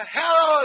hello